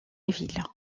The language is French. ville